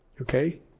Okay